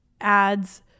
ads